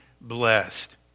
blessed